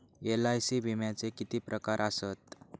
LIC विम्याचे किती प्रकार आसत?